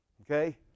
okay